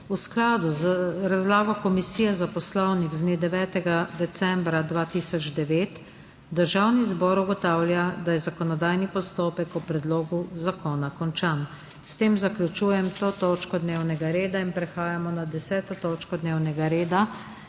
V skladu z razlago Komisije za poslovnik z dne 9. decembra 2009 Državni zbor ugotavlja, da je zakonodajni postopek o predlogu zakona končan. S tem zaključujem to točko dnevnega reda. Prehajamo na 10. TOČKO DNEVNEGA REDA,